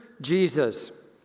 Jesus